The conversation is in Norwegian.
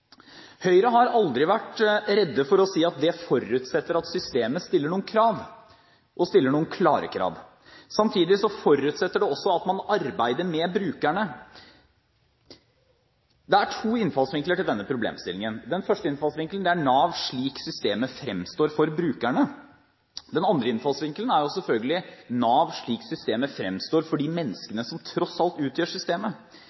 Høyre har aldri vært redd for å si at det forutsetter at systemet stiller noen krav, og stiller noen klare krav. Samtidig forutsetter det også at man arbeider med brukerne. Det er to innfallsvinkler til denne problemstillingen. Den første innfallsvinkelen er Nav slik systemet fremstår for brukerne. Den andre innfallsvinkelen er selvfølgelig Nav slik systemet fremstår for de